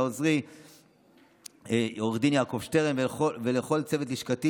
לעוזרי עו"ד יעקב שטרן ולכל צוות לשכתי